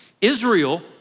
Israel